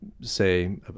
say